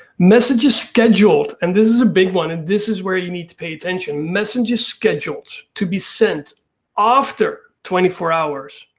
messages scheduled, and this is a big one and this is where you need to pay attention. messages scheduled to be sent after twenty four hours